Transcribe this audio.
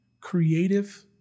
creative